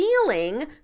feeling